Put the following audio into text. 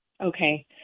Okay